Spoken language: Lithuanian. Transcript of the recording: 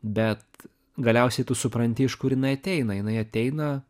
bet galiausiai tu supranti iš kur jinai ateina jinai ateina